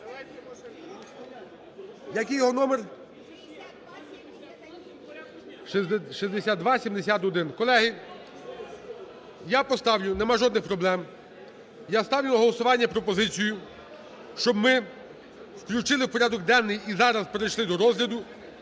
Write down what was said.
Який його номер? 6271. Колеги, я поставлю, немає жодних проблем, я ставлю на голосування пропозицію, щоб ми включили в порядок денний і зараз перейшли до розгляду